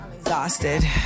exhausted